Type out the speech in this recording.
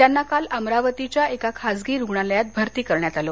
त्यांना काल अमरावतीच्या एका खासगी रुग्णालयात भरती करण्यात आलं